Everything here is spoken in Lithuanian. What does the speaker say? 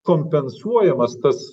kompensuojamas tas